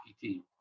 team